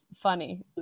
funny